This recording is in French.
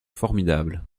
formidable